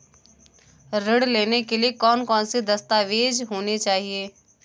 ऋण लेने के लिए कौन कौन से दस्तावेज होने चाहिए?